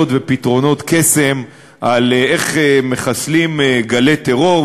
ופתרונות קסם על איך מחסלים גלי טרור,